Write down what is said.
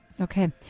Okay